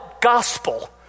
gospel